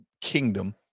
kingdom